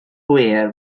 gwir